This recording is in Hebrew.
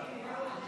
סעיפים 1